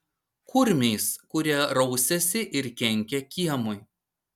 kurmiais kurie rausiasi ir kenkia kiemui